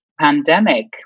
pandemic